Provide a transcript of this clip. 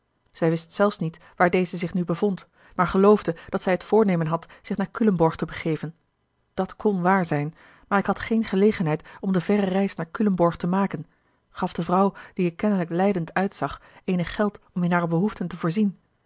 zij wist zelfs niet waar deze zich nu bevond maar geloofde dat zij het voornemen had zich naar culemborg te begeven dat kon waar zijn maar ik had geene gelegenheid om de verre reis naar culemborg te maken gaf de vrouw die er kennelijk lijdend uitzag eenig geld om in hare behoeften te voorzien